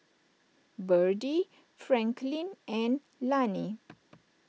Byrdie Franklyn and Lani